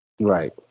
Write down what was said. Right